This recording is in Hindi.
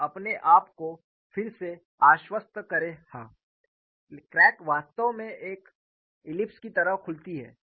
और अपने आप को फिर से आश्वस्त करें हाँ क्रैक वास्तव में एक दीर्घवृत्त की तरह खुलती है